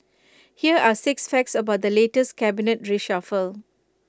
here are six facts about the latest cabinet reshuffle